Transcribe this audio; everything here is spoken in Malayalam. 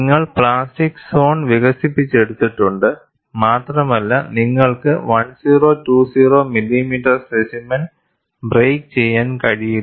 നിങ്ങൾ പ്ലാസ്റ്റിക് സോൺ വികസിപ്പിച്ചെടുത്തിട്ടുണ്ട് മാത്രമല്ല നിങ്ങൾക്ക് 1020 മില്ലിമീറ്റർ സ്പെസിമെൻ ബ്രേക്ക് ചെയ്യാൻ കഴിയില്ല